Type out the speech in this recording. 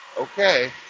okay